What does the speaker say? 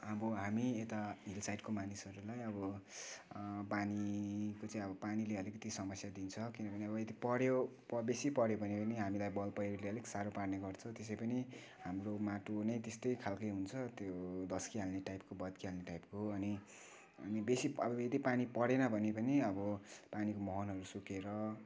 अब हामी यता हिल साइडको मानिसहरूलाई अब पानीको चाहिँ अब पानीले अलिकति समस्या दिन्छ किनभने अब यदि पऱ्यो बेसी पऱ्यो भने पनि हामीलाई भलपैह्रोले अलिक साह्रो पार्ने गर्छ त्यसै पनि हाम्रो माटो नै त्यस्तै खालके हुन्छ त्यो धस्किहाल्ने टाइपको भत्किहाल्ने टाइपको अनि अनि बेसी अब यदि पानी परेन भने पनि अब पानीको मुहानहरू सुकेर